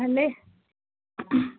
ভালেই